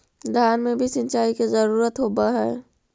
धान मे भी सिंचाई के जरूरत होब्हय?